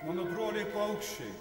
mano broliai paukščiai